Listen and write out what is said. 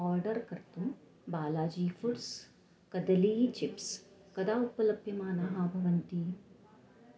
order कर्तुं Balaji foods कदली chips कदा उपलभ्यमानाः भवन्ति